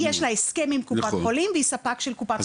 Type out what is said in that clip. יש לה הסכם עם קופת חולים והיא ספק של קופת חולים.